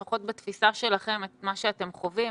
לפחות בתפיסה שלכם את מה שאתם חווים,